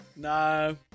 No